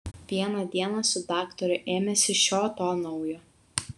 vieną dieną su daktaru ėmėsi šio to naujo